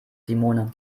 simone